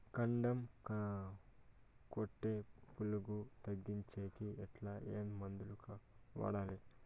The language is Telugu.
కాండం కొట్టే పులుగు తగ్గించేకి ఎట్లా? ఏ మందులు వాడాలి?